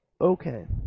Okay